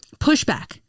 pushback